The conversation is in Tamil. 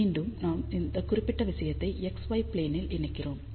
மீண்டும் நாம் இந்த குறிப்பிட்ட விஷயத்தை x y ப்ளேனில் இணைக்கிறோம்